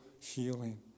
healing